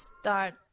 start